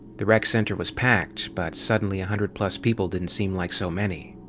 the rec center was packed, but suddenly a hundred-plus people didn't seem like so many.